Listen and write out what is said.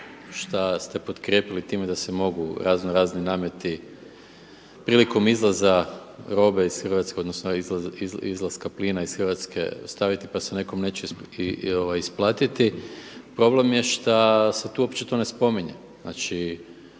šta ste potkrijepili time da se mogu raznorazni nameti prilikom izvoza robe iz Hrvatske odnosno izlaska plina iz Hrvatske staviti pa se nekom neće isplatiti, problem je šta se tu uopće to ne spominje. Znači